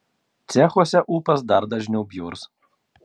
cechuose ūpas dar dažniau bjurs